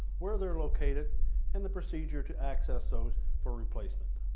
where they're located and the procedure to access those for replacement.